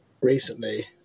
recently